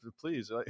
please